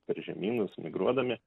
per žemynus migruodami